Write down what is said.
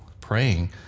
praying